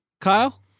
Kyle